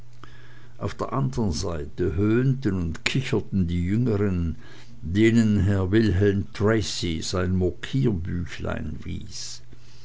auf der anderen seite höhnten und kicherten die jüngern denen herr wilhelm tracy sein mokierbüchlein wies